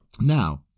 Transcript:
Now